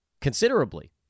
considerably